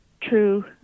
true